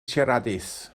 siaradus